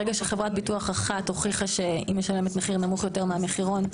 ברגע שחברת ביטוח אחת הוכיחה שהיא משלמת מחיר נמוך יותר מהמחירון,